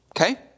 okay